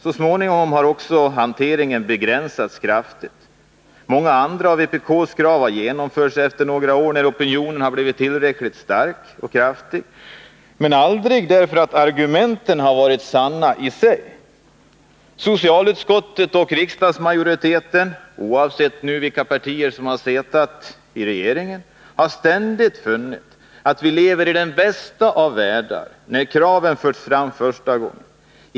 Så småningom har också hanteringen begränsats kraftigt. Många andra av vpk:s krav har genomförts | efter några år, när opinionen blivit tillräckligt kraftig, men aldrig därför att argumenten varit sanna i sig. Socialutskottet och riksdagsmajoriteten — oavsett vilka partier som suttit med i regeringen — har ständigt de första gångerna kraven förts fram funnit att vi lever i den bästa av världar.